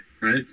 right